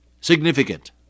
significant